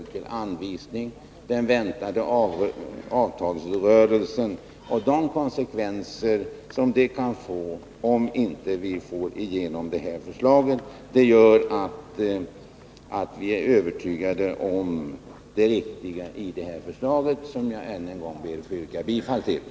Jag tänker också på den väntade avtalsrörelsen och de konsekvenser som det kan få om vi inte får igenom våra förslag. Vi är således övertygade om det riktiga i socialdemokraternas förslag.